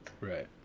Right